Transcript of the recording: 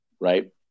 Right